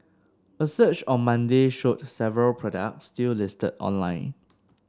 a search on Monday showed several products still listed online